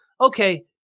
Okay